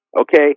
okay